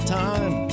time